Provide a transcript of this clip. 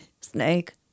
Snake